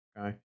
okay